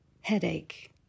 Headache